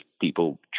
people